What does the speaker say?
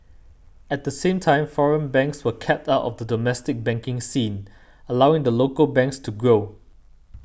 at the same time foreign banks were kept out of the domestic banking scene allowing the local banks to grow